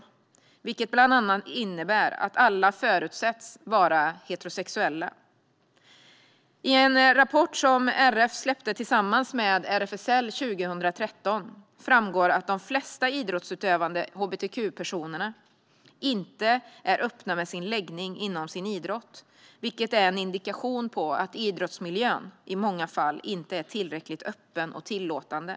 Det innebär bland annat att alla förutsätts vara heterosexuella. Av en rapport som RF släppte tillsammans med RFSL 2013 framgår att de flesta idrottsutövande hbtq-personerna inte är öppna med sin läggning inom sin idrott. Det är en indikation på att idrottsmiljön i många fall inte är tillräckligt öppen och tillåtande.